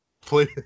please